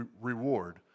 reward